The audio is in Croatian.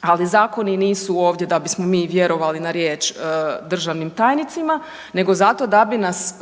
ali zakoni nisu ovdje da bismo mi vjerovali na riječ državnim tajnicima, nego zato da bi nas,